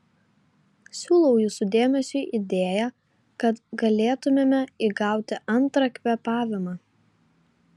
siūlau jūsų dėmesiui idėją kad galėtumėme įgauti antrą kvėpavimą